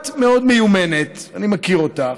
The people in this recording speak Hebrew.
את מאוד מיומנת, אני מכיר אותך.